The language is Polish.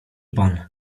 pan